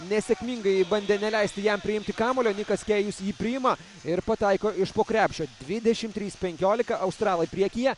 nesėkmingai bandė neleisti jam priimti kamuolio nikas kėjus jį priima ir pataiko iš po krepšio dvidešim trys penkiolika australai priekyje